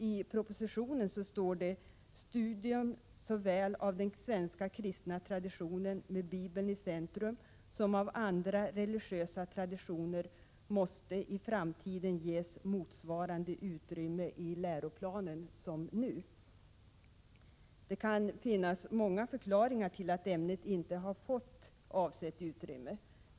I propositionen står det: ”Studium såväl av den svenska kristna traditionen med Bibeln i centrum som av andra religiösa traditioner måste i framtiden ges motsvarande utrymme i läroplanen som nu.” Det kan finnas många förklaringar till att ämnet inte har fått avsett utrymme.